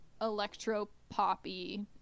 electro-poppy